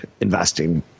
investing